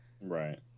Right